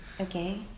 Okay